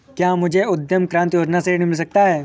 क्या मुझे उद्यम क्रांति योजना से ऋण मिल सकता है?